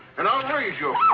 and i'll raise your